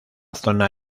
zona